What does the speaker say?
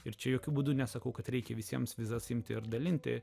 ir čia jokiu būdu nesakau kad reikia visiems vizas imti ir dalinti